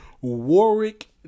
Warwick